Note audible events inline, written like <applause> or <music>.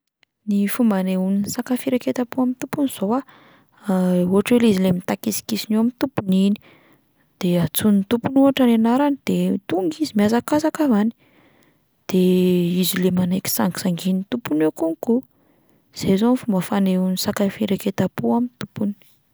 Ny fomba hanehoan'ny saka firaiketam-po amin'ny tompony izao a, <hesitation> ohatra hoe le izy 'lay mitakisikisina eo amin'ny tompony iny, de antsoin'ny tompony ohatra ny anarany de tonga izy mihazakazaka avy any, de izy le manaiky sangisangian'ny tompony eo konko, zay izao ny fomba fanehoan'ny saka firaiketam-po amin'ny tompony.